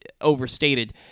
overstated